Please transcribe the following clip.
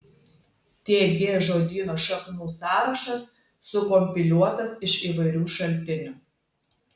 tg žodyno šaknų sąrašas sukompiliuotas iš įvairių šaltinių